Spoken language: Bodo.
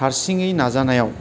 हारसिङै नाजानायाव